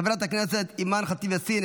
חברת הכנסת אימאן ח'טיב יאסין,